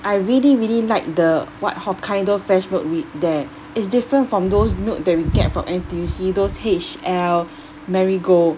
I really really like the what hokkaido fresh milk there it's different from those milk that we get from N_T_U_C those H_L marigold